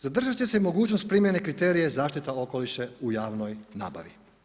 Zadržat će se mogućnost primjene kriterija zaštite okoliša u javnoj nabavi.